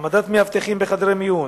העמדת מאבטחים בחדרי מיון,